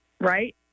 right